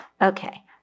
Okay